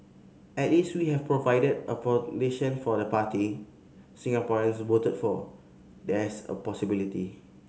at least we have provided a foundation for the party Singaporeans voted for there's a possibility